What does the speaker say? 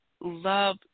love